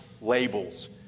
labels